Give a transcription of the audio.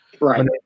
right